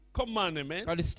commandment